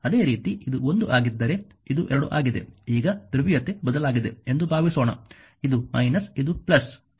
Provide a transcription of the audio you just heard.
ಅದೇ ರೀತಿ ಇದು 1 ಆಗಿದ್ದರೆ ಇದು 2 ಆಗಿದೆ ಈಗ ಧ್ರುವೀಯತೆ ಬದಲಾಗಿದೆ ಎಂದು ಭಾವಿಸೋಣ ಇದು − ಇದು